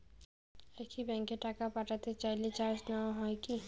একই ব্যাংকে টাকা পাঠাতে চাইলে চার্জ নেওয়া হয় কি?